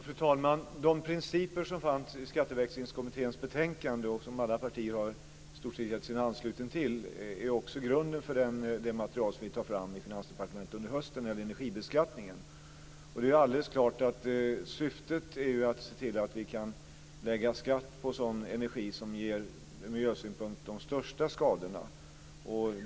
Fru talman! De principer som fanns i Skatteväxlingskommitténs betänkande, och som alla partier i stort har anslutit sig till, är också grunden för det material som vi tar fram i Finansdepartementet under hösten om energibeskattningen. Det är alldeles klart att syftet är att se till att vi kan lägga skatt på sådan energi som ur miljösynpunkt ger de största skadorna.